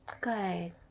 Good